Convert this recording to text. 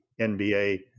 NBA